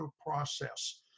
process